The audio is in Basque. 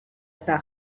eta